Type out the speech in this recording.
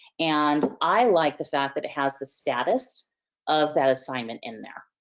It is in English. and, i like the fact that it has the status of that assignment in there.